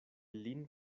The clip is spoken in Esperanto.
lin